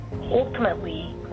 Ultimately